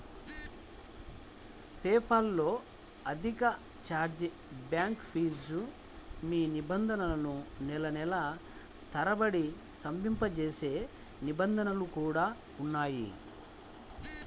PayPal లో అధిక chargeback fee, మీ నిధులను నెలల తరబడి స్తంభింపజేసే నిబంధనలు కూడా ఉన్నాయి